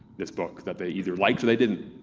this book that they either liked or they didn't,